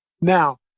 Now